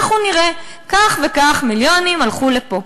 אנחנו נראה: כך וכך מיליונים הלכו לפה,